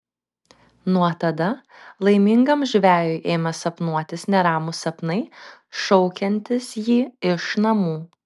nuo tada laimingam žvejui ėmė sapnuotis neramūs sapnai šaukiantys jį iš namų